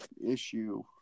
issue